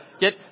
get